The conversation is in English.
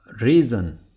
reason